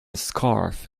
scarf